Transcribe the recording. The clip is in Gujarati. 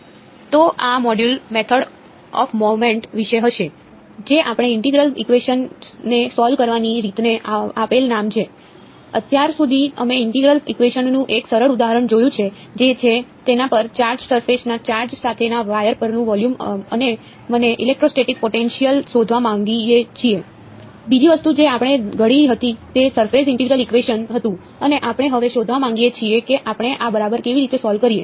તો આ મોડ્યુલ મેથડ ઓફ મોમેન્ટ હતું અને આપણે હવે શોધવા માંગીએ છીએ કે આપણે આ બરાબર કેવી રીતે સોલ્વ કરીએ